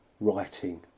writing